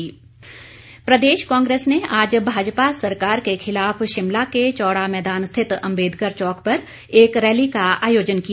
कांग्रेस जनसभा प्रदेश कांग्रेस ने आज भाजपा सरकार के खिलाफ शिमला के चौड़ा मैदान स्थित अंबेदकर चौक पर एक रैली का आयोजन किया